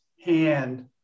hand